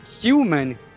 human